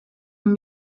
can